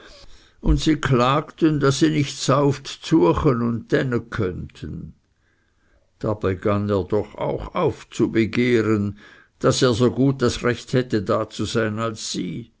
und sie klagten daß sie nicht sauft zueche und dänne könnten da begann er doch auch aufzubegehren daß er so gut das recht hätte da zu sein als sie